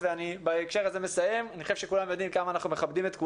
אבל מחקרים בעולם מראים שיש להם השלכות ארוכות